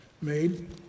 made